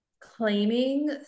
claiming